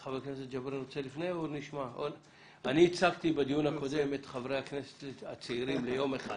אני הצגתי בדיון הקודם את חברי הכנסת הצעירים ליום אחד